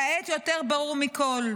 כעת יותר ברור מכול,